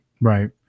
Right